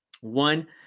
One